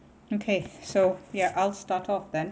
okay so ya I'll start off then